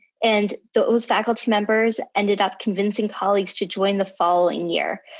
and those faculty members ended up convincing colleagues to join the following year,